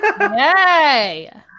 Yay